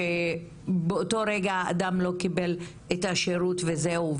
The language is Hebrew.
שבהם באותו רגע האדם לא קיבל את השירות וזהו,